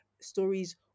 stories